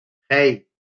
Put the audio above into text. hey